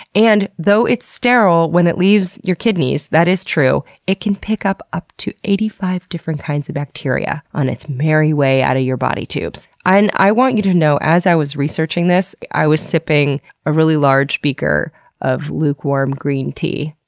and though it's sterile when it leaves your kidneys that is true it can pick up up to eighty five different kinds of bacteria on its merry way out of your body tubes. and i want you to know as i was researching this, i was sipping a really large beaker of lukewarm green tea.